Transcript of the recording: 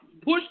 Push